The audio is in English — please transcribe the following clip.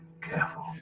careful